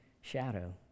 shadow